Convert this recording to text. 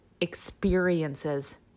experiences